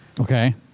Okay